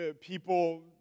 People